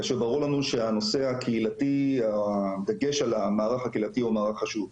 כאשר ברור לנו שהדגש על המערך הקהילתי הוא מערך חשוב.